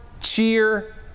cheer